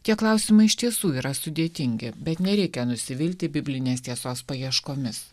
tie klausimai iš tiesų yra sudėtingi bet nereikia nusivilti biblinės tiesos paieškomis